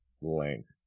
length